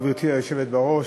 גברתי היושבת בראש,